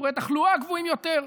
שיעורי התחלואה גבוהים יותר,